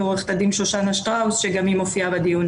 פשוט מערבבים מין שאינו במינו.